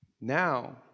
Now